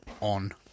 on